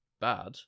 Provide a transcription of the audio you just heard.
bad